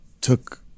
took